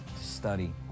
study